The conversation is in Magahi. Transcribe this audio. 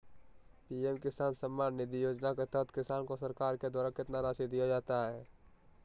पी.एम किसान सम्मान निधि योजना के तहत किसान को सरकार के द्वारा कितना रासि दिया जाता है?